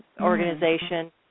organization